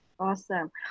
Awesome